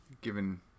Given